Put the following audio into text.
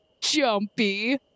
jumpy